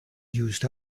used